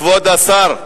כבוד השר,